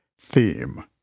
theme